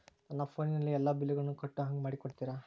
ನನ್ನ ಫೋನಿನಲ್ಲೇ ಎಲ್ಲಾ ಬಿಲ್ಲುಗಳನ್ನೂ ಕಟ್ಟೋ ಹಂಗ ಮಾಡಿಕೊಡ್ತೇರಾ?